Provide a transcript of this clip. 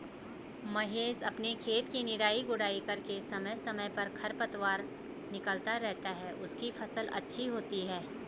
महेश अपने खेत की निराई गुड़ाई करके समय समय पर खरपतवार निकलता रहता है उसकी फसल अच्छी होती है